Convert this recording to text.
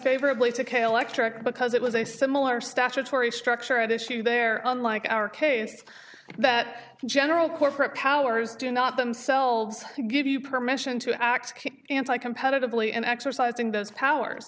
favorably to cayle extract because it was a similar statutory structure at issue there unlike our case that general corporate powers do not themselves give you permission to act like competitively in exercising those powers